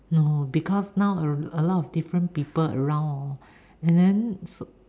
no because now a a lot different people around hor and then s~